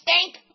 stink